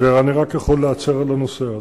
ואני רק יכול להצר על הנושא הזה.